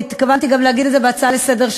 והתכוונתי גם להגיד את זה בהצעה לסדר-היום